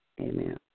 Amen